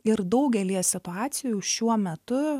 ir daugelyje situacijų šiuo metu